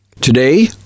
Today